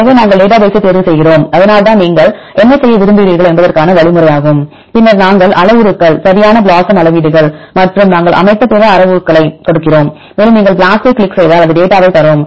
எனவே நாங்கள் டேட்டா பேசை தேர்வு செய்கிறோம் அதனால்தான் நீங்கள் என்ன செய்ய விரும்புகிறீர்கள் என்பதற்கான வழிமுறையாகும் பின்னர் நாங்கள் அளவுருக்கள் சரியான BLOSUM அளவீடுகள் மற்றும் நாங்கள் அமைத்த பிற அளவுருக்களைக் கொடுக்கிறோம் மேலும் நீங்கள் BLAST ஐக் கிளிக் செய்தால் அது டேட்டாவை தரும்